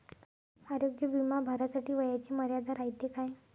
आरोग्य बिमा भरासाठी वयाची मर्यादा रायते काय?